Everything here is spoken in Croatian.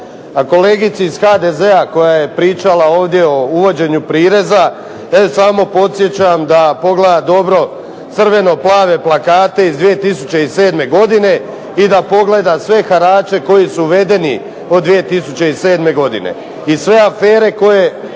A kolegici iz HDZ-a koja je pričala ovdje o uvođenju prireza, ja je samo podsjećam da pogleda dobro crveno plave plakate iz 2007. godine i da pogleda sve harače koji su uvedeni od 2007. godine, i sve afere koje